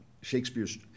Shakespeare's